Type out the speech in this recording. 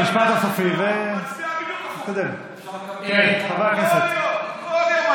כמו פופאי, הוא מצביע בדיוק הפוך, כל יום, כל יום.